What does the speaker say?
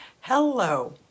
Hello